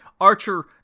Archer